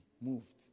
moved